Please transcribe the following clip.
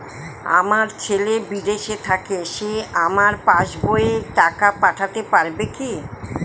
আমার ছেলে বিদেশে থাকে সে আমার পাসবই এ টাকা পাঠাতে পারবে কি?